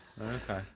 Okay